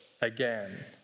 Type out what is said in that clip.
Again